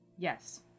Yes